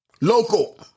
local